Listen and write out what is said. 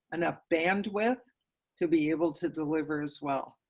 enough bandwidth to be able to deliver as well.